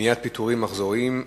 (מניעת פיטורים מחזוריים),